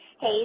Hey